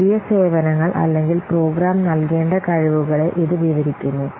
പുതിയ സേവനങ്ങൾ അല്ലെങ്കിൽ പ്രോഗ്രാം നൽകേണ്ട കഴിവുകളെ ഇത് വിവരിക്കുന്നു